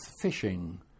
fishing